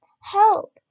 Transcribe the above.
help